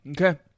Okay